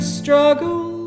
struggle